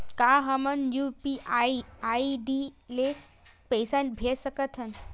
का हम UPI ID ले पईसा भेज सकथन?